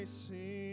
see